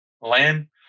lamb